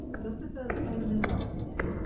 just the first name, and their last name,